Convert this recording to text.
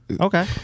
Okay